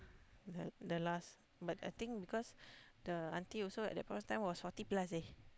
the the last but I think because the auntie also at that point of time was forty plus eh